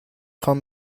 خوام